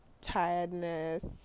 tiredness